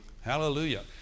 Hallelujah